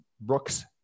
Brooks